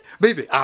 baby